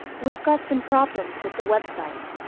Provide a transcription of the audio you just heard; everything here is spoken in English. we've got some problems with the website.